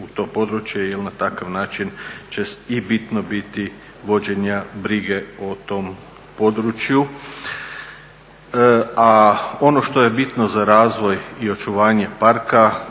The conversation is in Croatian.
u to područje jer na takav način će i bitno biti vođenja brige o tom području. A ono što je bitno za razvoj i očuvanje parka